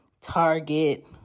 Target